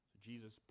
Jesus